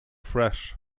fresh